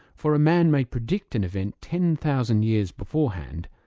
for a man may predict an event ten thousand years beforehand,